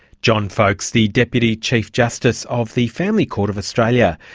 john faulks, the deputy chief justice of the family court of australia.